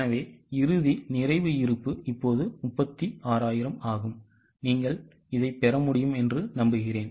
எனவே இறுதி நிறைவு இருப்பு இப்போது 36000 ஆகும் நீங்கள் இதைப் பெற முடிகிறதா